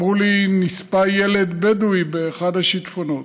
אמרו לי: נספה ילד בדואי באחד השיטפונות.